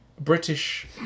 British